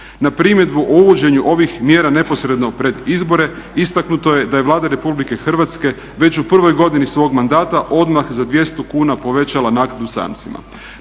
Na primjedbu o uvođenju ovih mjera neposredno pred izbore istaknuto je da je Vlada Republike Hrvatske već u prvoj godini svog mandata odmah za 200 kuna povećala naknadu samcima.